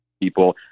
People